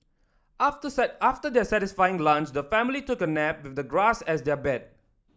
after after their satisfying lunch the family took a nap with the grass as their bed